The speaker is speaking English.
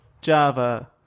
Java